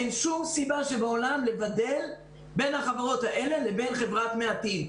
אין שום סיבה שבעולם לבדל בין החברות האלה לבין חברת מעטים.